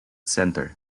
centre